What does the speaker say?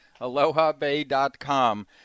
AlohaBay.com